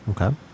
Okay